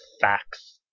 facts